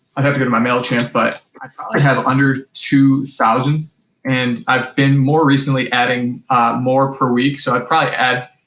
i'd have to go to my mailchimp, but i probably have under two thousand and i've been, more recently, adding more per week, so i probably add,